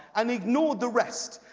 and ignored the rest,